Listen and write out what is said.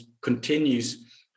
continues